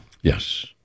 Yes